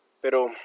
Pero